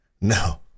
No